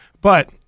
But-